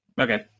Okay